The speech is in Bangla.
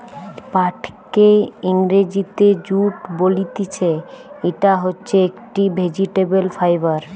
পাটকে ইংরেজিতে জুট বলতিছে, ইটা হচ্ছে একটি ভেজিটেবল ফাইবার